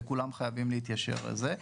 וכולם חייבים להתיישר על זה,